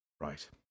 Right